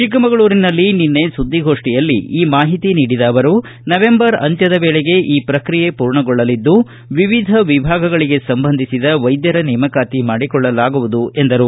ಚಿಕ್ಕಮಗಳೂರಿನಲ್ಲಿ ನಿನ್ನೆ ಸುದ್ದಿಗೋಷ್ಠಿಯಲ್ಲಿ ಈ ಮಾಹಿತಿ ನೀಡಿದ ಅವರು ನವಂಬರ್ ಅಂತ್ಯದ ವೇಳೆಗೆ ಈ ಪ್ರಕಿಯೆ ಪೂರ್ಣಗೊಳ್ಳಲಿದ್ದು ವಿವಿಧ ವಿಭಾಗಗಳಿಗೆ ಸಂಬಂಧಿಸಿದ ವೈದ್ಯರ ನೇಮಕಾತಿ ಮಾಡಿಕೊಳ್ಳಲಾಗುವುದು ಎಂದರು